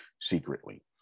secretly